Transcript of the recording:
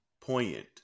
poignant